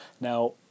Now